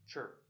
Sure